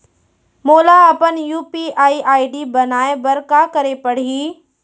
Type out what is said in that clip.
मोला अपन UPI ID बनाए बर का करे पड़ही?